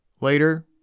Later